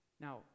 now